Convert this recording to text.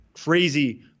crazy